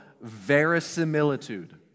verisimilitude